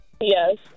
Yes